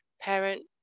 parent